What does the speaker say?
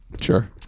Sure